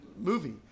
movie